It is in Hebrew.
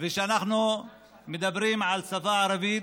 כשאנחנו מדברים על השפה הערבית,